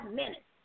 minutes